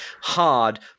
hard